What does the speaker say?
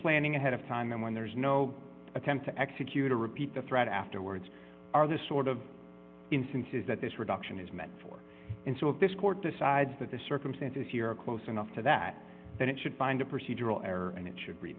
planning ahead of time when there is no attempt to execute a repeat the threat afterwards are the sort of instances that this reduction is meant for in this court decides that the circumstances here are close enough to that that it should find a procedural error and it should